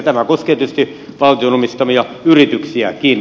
tämä koskee tietysti valtion omistamia yrityksiäkin